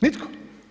Nitko.